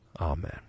Amen